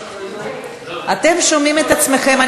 אתם שומעים את עצמכם?